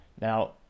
Now